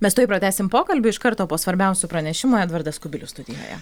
mes tuoj pratęsime pokalbį iš karto po svarbiausių pranešimų edvardas kubilius studijoje